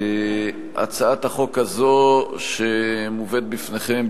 הצעת החוק הזו שמובאת בפניכם,